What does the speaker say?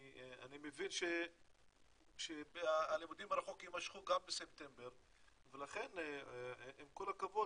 אני מבין שהלימודים מרחוק יימשכו גם בספטמבר ולכן עם כל הכבוד